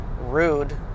rude